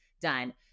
done